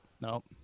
nope